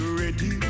ready